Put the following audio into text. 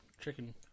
chicken